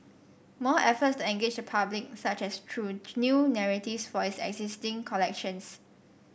more efforts to engage public such as through new narratives for its existing collections